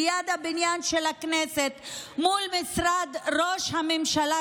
ליד הבניין של הכנסת מול משרד ראש הממשלה.